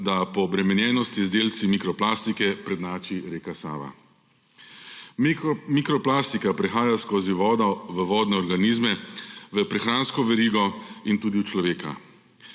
da po obremenjenosti z delci mikroplastike prednjači reka Sava. Mikroplastika prehaja skozi vodo v vodne organizme, v prehransko verigo in tudi v človeka.